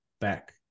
back